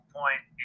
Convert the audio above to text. point